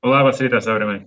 labas rytas aurimai